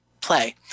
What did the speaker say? play